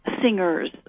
singers